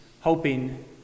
hoping